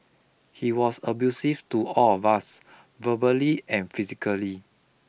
he was abusive to all of us verbally and physically